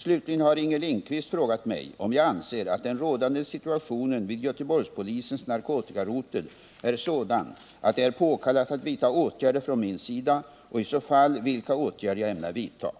Slutligen har Inger Lindquist frågat mig om jag anser att den rådande situationen vid Göteborgspolisens narkotikarotel är sådan att det är påkallat att vidta åtgärder från min sida och i så fall vilka åtgärder jag ämnar vidta.